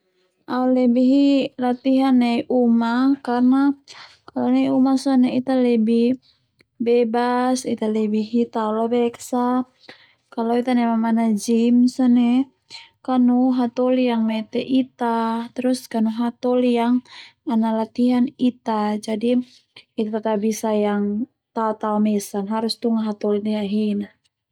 Au lebe hi latihan nai uma karna kalo nai uma sone Ita lebih bebas ita lebih hi tao lobek sa kalo Ita nai mamanak Jim sone kanu hatoli yang mete Ita terus kanu hatoli yang ana latihan Ita jadi Ita tabisa yang tao-tao mesan harus tunga hatoli ndia hahin a.